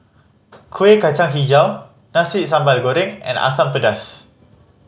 Kueh Kacang Hijau Nasi Sambal Goreng and Asam Pedas